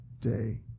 day